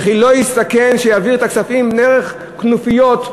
וכי לא יסתכן ויעביר את הכספים דרך כנופיות,